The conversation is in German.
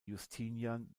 justinian